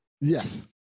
Yes